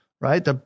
right